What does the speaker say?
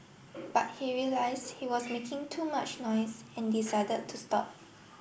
but he realized he was making too much noise and decided to stop